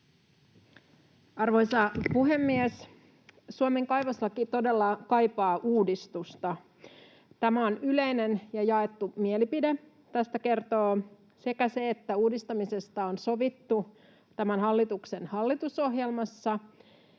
Arvoisa puhemies! Suomen kaivoslaki todella kaipaa uudistusta. Tämä on yleinen ja jaettu mielipide. Tästä kertoo sekä se, että uudistamisesta on sovittu tämän hallituksen hallitusohjelmassa,